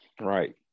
right